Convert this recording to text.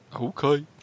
Okay